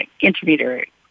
intermediary